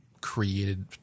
created